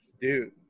Dude